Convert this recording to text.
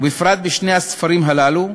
ובפרט בשני הספרים האלה,